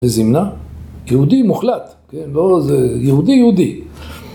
זימנה יהודי מוחלט, כן לא איזה... יהודי יהודי